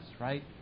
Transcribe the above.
right